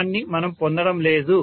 దాన్ని మనం పొందడం లేదు